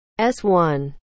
S1